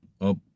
up